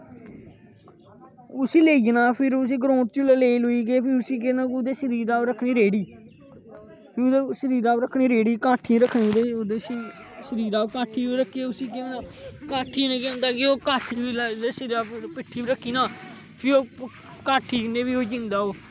उसी लेई जाना फिर उसी ग्रांउड च बी लेई लोई गे फिर उसी केह् करना ओहदे शरीरे उपर रक्खनी रेडी फिर ओहदे शरीरा उप्पर रक्खनी रैडी काठी रक्खनी ओहदे शरीर उपर काठी रक्खी उसी केह् करना काठी कन्नै केह् होंदा कि ओह् काठी ओहदे सिरै उप्पर पिट्ठी उपर रक्खी ना फ्ही ओह् काठी कन्नै बी ओह् होई जंदा